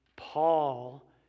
Paul